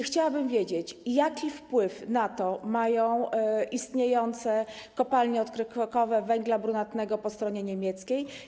Chciałabym wiedzieć, jaki wpływ mają na to istniejące kopalnie odkrywkowe węgla brunatnego po stronie niemieckiej.